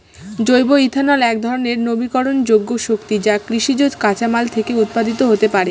জৈব ইথানল একধরনের নবীকরনযোগ্য শক্তি যা কৃষিজ কাঁচামাল থেকে উৎপাদিত হতে পারে